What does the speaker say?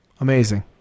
Amazing